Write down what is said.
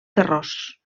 terrós